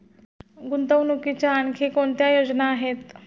गुंतवणुकीच्या आणखी कोणत्या योजना आहेत?